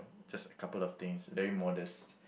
just a couple of things very modest